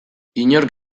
inork